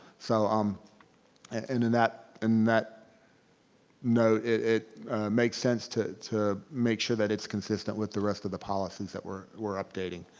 so um and in that, and that note, it makes sense to to make sure that it's consistent with the rest of the policies that we're we're updating.